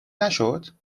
نشد